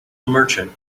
merchant